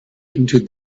into